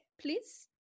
please